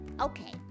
Okay